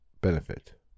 benefit